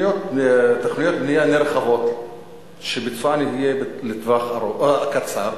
תוכניות בנייה נרחבות שביצוען יהיה לטווח קצר,